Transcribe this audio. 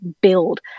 build